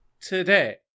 today